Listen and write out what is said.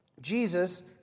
Jesus